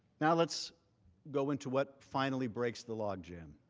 now let's go into what finally breaks the law and yeah um